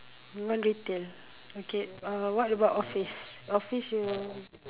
want retail okay uh what about office office you